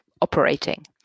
operating